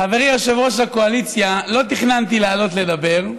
חברי יושב-ראש הקואליציה, לא תכננתי לעלות לדבר,